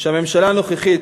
שהממשלה הנוכחית,